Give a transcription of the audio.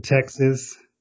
Texas